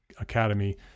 Academy